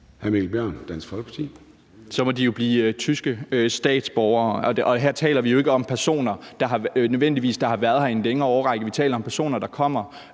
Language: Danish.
Mikkel Bjørn (DF): Så må de jo blive tyske statsborgere. Og her taler vi jo ikke om personer, der nødvendigvis har været her i en længere årrække, men vi taler om personer, der kommer